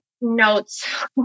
notes